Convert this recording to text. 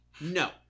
No